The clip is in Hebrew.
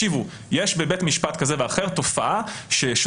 הסיבה היחידה שאנחנו מכירים את התופעות האלה היום היא בגלל שחבר